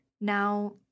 Now